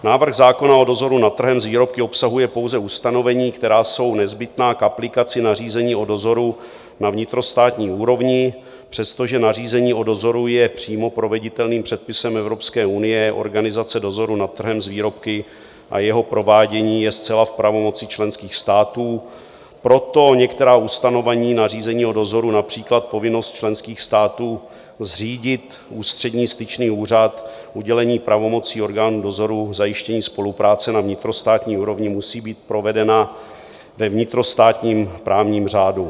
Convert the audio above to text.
Návrh zákona o dozoru nad trhem s výrobky obsahuje pouze ustanovení, která jsou nezbytná k aplikaci nařízení o dozoru na vnitrostátní úrovni, přestože nařízení o dozoru je přímo proveditelným předpisem EU, organizace dozoru nad trhem s výrobky a jeho provádění je zcela v pravomoci členských států, proto některá ustanovení nařízení o dozoru, například povinnost členských států zřídit Ústřední styčný úřad, udělení pravomocí orgánů dozoru k zajištění spolupráce na vnitrostátní úrovni, musí být provedena ve vnitrostátním právním řádu.